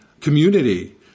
community